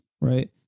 right